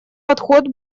подход